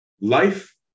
life